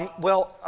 well,